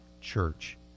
church